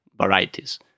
varieties